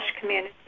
community